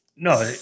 No